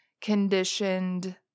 conditioned